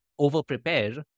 overprepare